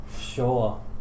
Sure